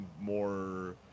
more